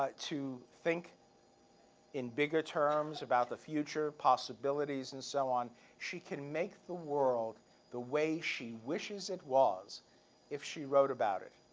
but to think in bigger terms about the future, possibilities and so on. she can make the world the way she wishes it was if she wrote about it.